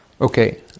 Okay